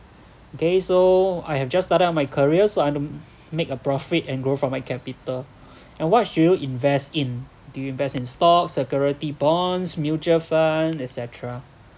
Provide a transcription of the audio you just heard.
okay so I have just start up my career so I don~ make a profit and grow from my capital and what should you invest in do you invest in stocks security bonds mutual fund et cetera